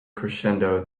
crescendo